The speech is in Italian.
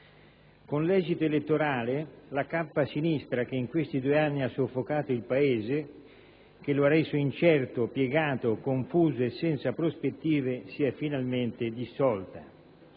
con l'esito elettorale, la cappa sinistra che in questi due anni ha soffocato il Paese, che lo ha reso incerto, piegato, confuso e senza prospettive si è finalmente dissolta.